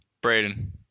Braden